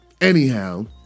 anyhow